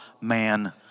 man